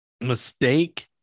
mistake